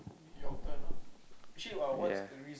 ya